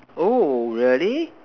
oh really